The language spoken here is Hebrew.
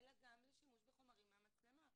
אלא גם לשימוש בחומרים מן המצלמה,